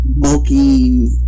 bulky